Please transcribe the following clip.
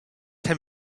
him